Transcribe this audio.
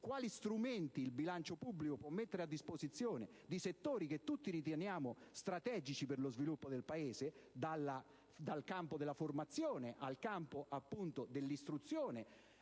quali strumenti il bilancio pubblico può mettere a disposizione di settori che tutti riteniamo strategici per lo sviluppo del Paese (dal campo della formazione, al campo dell'istruzione